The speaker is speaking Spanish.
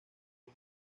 una